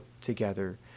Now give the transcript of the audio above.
together